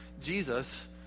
Jesus